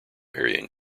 burying